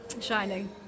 Shining